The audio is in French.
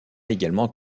également